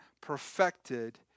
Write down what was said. perfected